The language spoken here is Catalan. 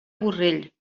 borrell